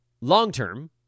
long-term